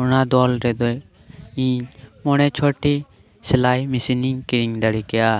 ᱚᱱᱟ ᱫᱚᱞ ᱨᱮᱫᱚ ᱤᱧ ᱢᱚᱬᱮ ᱪᱷᱚᱴᱤ ᱥᱮᱞᱟᱭ ᱢᱮᱥᱤᱱ ᱤᱧ ᱠᱤᱨᱤᱧ ᱫᱟᱲᱮ ᱠᱮᱭᱟ